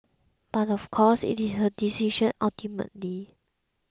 but of course it is her decision ultimately